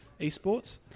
eSports